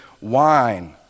wine